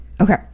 Okay